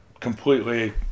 completely